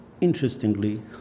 interestingly